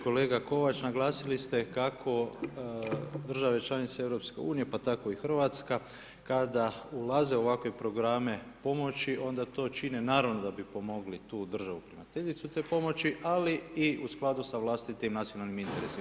Kolega Kovač, naglasili ste kako države članice Europske unije, pa tako i Hrvatska, kada ulaze u ovakve programe pomoći, onda to čine, naravno da bi pomogli tu državu primateljicu te pomoći, ali i u skladu sa vlastitim nacionalnim interesima.